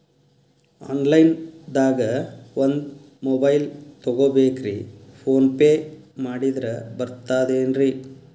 Online ದಾಗ ಒಂದ್ mobile ತಗೋಬೇಕ್ರಿ ಫೋನ್ ಪೇ ಮಾಡಿದ್ರ ಬರ್ತಾದೇನ್ರಿ?